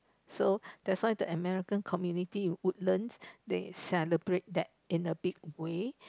so that's why the American community in Woodlands they celebrate that in a big way